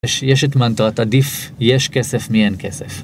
יש את מנטרת: עדיף יש כסף מאין כסף.